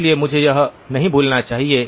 इसलिए मुझे यह नहीं भूलना चाहिए